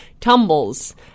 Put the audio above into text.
tumbles